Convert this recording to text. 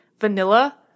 Vanilla